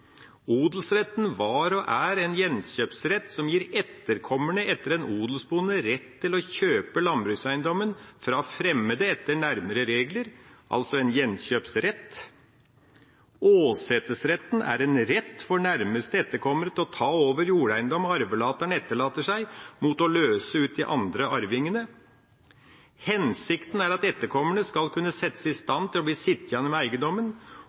odelsretten var og er en gjenkjøpsrett som gir etterkommerne etter en odelsbonde rett til å kjøpe landbrukseiendommen fra fremmede etter nærmere regler. Åsetesretten er en rett for nærmeste etterkommere til å ta over jordeiendom arvelateren etterlater seg, mot å løse ut de andre arvingene. Hensikten er at etterkommerne skal kunne settes i stand til å bli sittende med eiendommen.